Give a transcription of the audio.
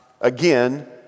again